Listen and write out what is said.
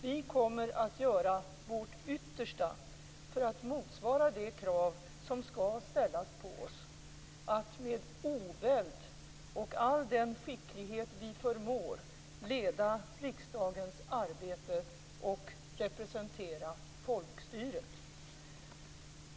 Vi kommer att göra vårt yttersta för att motsvara de krav som skall ställas på oss att med oväld och all den skicklighet vi förmår leda riksdagens arbete och representera folkstyret.